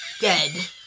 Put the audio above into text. dead